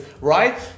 Right